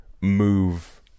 move